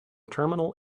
terminal